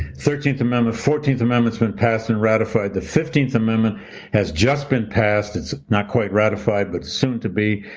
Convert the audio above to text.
thirteenth amendment, fourteenth amendment's been passed and ratified, the fifteenth amendment has just been passed, it's not quite ratified, but soon to be.